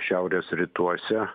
šiaurės rytuose